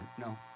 No